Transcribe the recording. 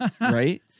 right